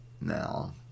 now